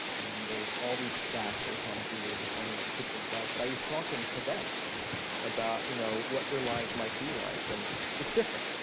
all these stats are kind of weird, and funny, that kids really like, but i was talking to them about you know what their lives might be like. and it's different.